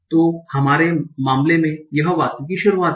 तो हमारे मामले में यह वाक्य की शुरुआत है